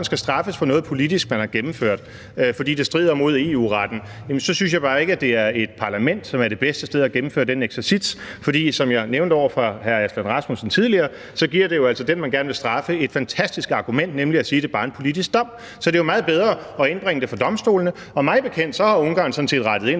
skal straffes for noget, man politisk har gennemført, fordi det strider mod EU-retten, synes jeg bare ikke, at det er et parlament, som er det bedste sted at gennemføre den eksercits. For som jeg nævnte over for hr. Aslan Rasmussen tidligere, giver det jo altså den, man gerne vil straffe et fantastisk argument, nemlig at sige, at det bare er en politisk dom. Så det er jo meget bedre at indbringe det for domstolene, og mig bekendt har Ungarn sådan set rettet ind,